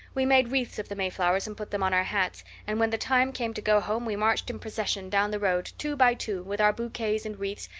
we made wreaths of the mayflowers and put them on our hats and when the time came to go home we marched in procession down the road, two by two, with our bouquets and wreaths,